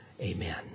Amen